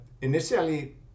initially